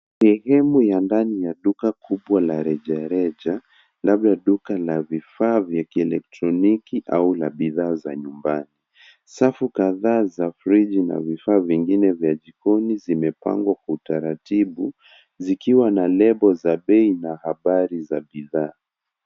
Sehemu ya ndani ya duka kubwa la rejareja, labda duka la vifaa vya kielektroniki au la bidhaa za nyumbani. Safu kadhaa za friji na vifaa vingine vya jikoni zimepangwa kwa utaratibu zikiwa na lebo za bei na habari za bidhaa.